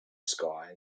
sky